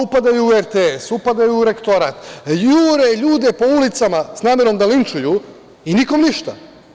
Upadaju u RTS, upadaju u Rektorat, jure ljude po ulicama s namerom da linčuju i nikom ništa.